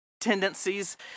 tendencies